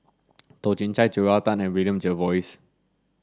Toh Chin Chye Joel Tan and William Jervois